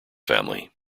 family